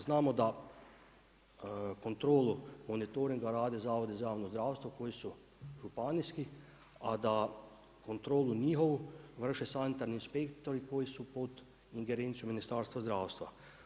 Znamo da kontrolu monitoringa rade zavodi za javno zdravstvo koji su županijski a da kontrolu njihovu vrše sanitarni inspektori koji su pod ingerencijom Ministarstva zdravstva.